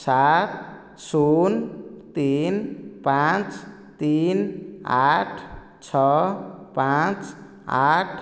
ସାତ ଶୂନ ତିନି ପାଞ୍ଚ ତିନି ଆଠ ଛଅ ପାଞ୍ଚ ଆଠ